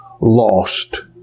lost